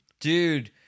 Dude